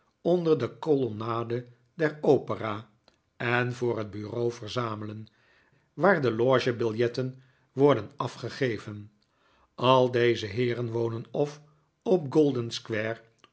onder de colonnade der opera en voor het bureau verzamelen waar de logebiljetten worden afgegeven al deze heeren wonen of op